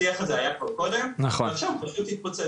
השיח הזה כבר היה קודם, ועכשיו זה פשוט התפוצץ.